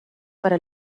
para